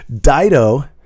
Dido